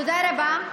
תודה רבה.